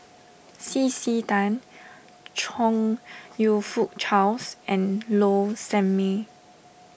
C C Tan Chong You Fook Charles and Low Sanmay